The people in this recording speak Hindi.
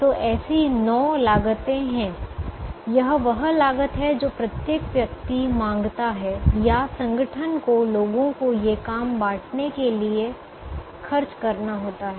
तो ऐसी 9 लागतें हैं यह वह लागत है जो प्रत्येक व्यक्ति मांगता है या संगठन को लोगों को ये काम आवंटित करने में खर्च करना होता है